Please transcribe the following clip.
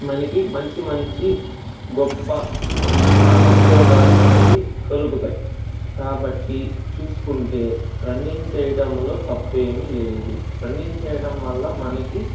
మనకు మంచి మంచి గొప్ప ఉపయోగాలు మనకు కలుగుతాయి కాబట్టి చూసుకుంటే రన్నింగ్ చేయటంలో తప్పు లేదు రన్నింగ్ చేయటం వల్ల మనకు